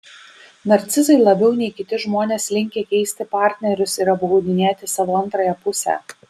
narcizai labiau nei kiti žmonės linkę keisti partnerius ir apgaudinėti savo antrąją pusę